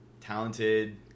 talented